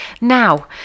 Now